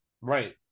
Right